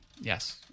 Yes